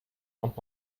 und